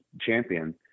champion